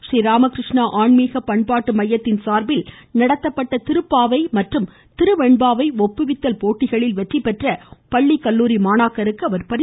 ஸ்ரீராமகிருஷ்ணா ஆன்மீக பண்பாட்டு மையத்தின் சார்பில் நடத்தப்பட்ட திருப்பாவை மற்றும் திருவெண்பாவை ஒப்புவித்தல் போட்டியில் வெற்றிபெற்ற பள்ளி கல்லூரி மாணாக்கருக்கு அவர் பரிசுகளை வழங்குகிறார்